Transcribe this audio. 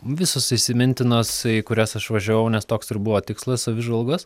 visos įsimintinos kurias aš važiavau nes toks ir buvo tikslas savižvalgos